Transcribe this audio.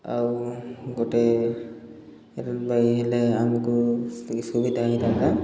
ଆଉ ଗୋଟେ ରେଳବାଇ ହେଲେ ଆମକୁ ଟିକେ ସୁବିଧା ହେଇଥାନ୍ତା